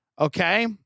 okay